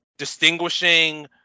distinguishing